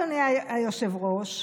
אדוני היושב-ראש,